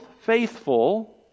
faithful